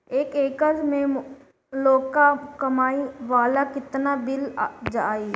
एक एकर मे लौका मकई बोवे ला कितना बिज लागी?